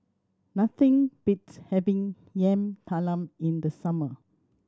nothing beats having Yam Talam in the summer